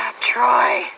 Troy